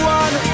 one